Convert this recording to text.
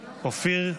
אופיר,